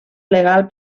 legal